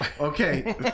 Okay